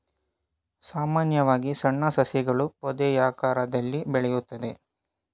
ಸಾಮಾನ್ಯವಾಗಿ ಸಣ್ಣ ಸಸಿಗಳು ಪೊದೆಯಾಕಾರದಲ್ಲಿ ಬೆಳೆಯುತ್ತದೆ